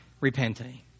repenting